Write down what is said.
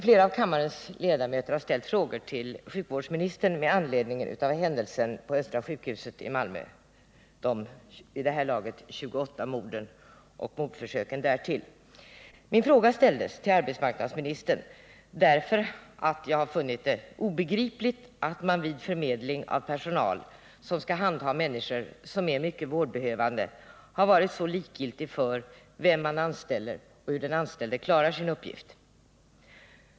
Flera av kammarens ledamöter har ställt frågor till sjukvårdsministern med anledning av händelserna på Östra sjukhuset i Malmö, de i dagens läge 28 kända morden och ett antal mordförsök. Min fråga ställdes till arbetsmarknadsministern därför att jag har funnit det obegripligt att man vid förmedling av personal som skall handha människor som är mycket vårdbehövande har varit så likgiltig för vem man anställer och hur den anställde klarar sin uppgift.